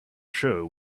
show